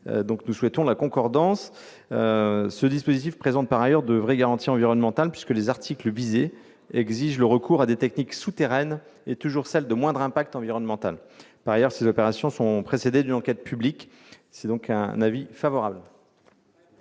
J'ajoute qu'un tel dispositif présente de vraies garanties environnementales, puisque les articles visés exigent le recours à des techniques souterraines et toujours celles de moindre impact environnemental. Par ailleurs, ces opérations sont précédées d'une enquête publique. La commission a donc émis un avis favorable